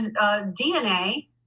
DNA